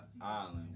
island